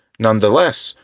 nonetheless,